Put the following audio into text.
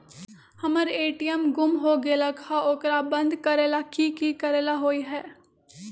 हमर ए.टी.एम गुम हो गेलक ह ओकरा बंद करेला कि कि करेला होई है?